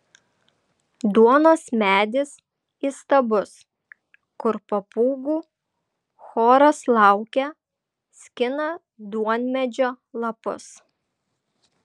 duonos medis įstabus kur papūgų choras laukia skina duonmedžio lapus